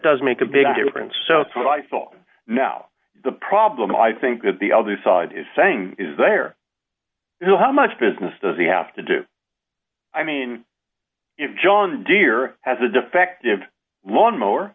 does make a big difference so what i thought now the problem i think that the other side is saying is they are who how much business does he have to do i mean if john deere has a defective lawnmower